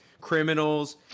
criminals